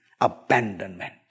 abandonment